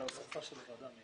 על ההוספה של הוועדה המייעצת.